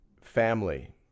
Family